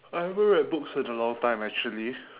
I haven't read books in a long time actually